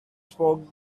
spoke